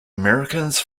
americans